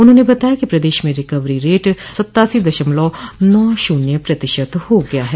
उन्होंने बताया कि प्रदेश में रिकवरी रेट सत्तासी दशमलव नौ शून्य प्रतिशत हो गया है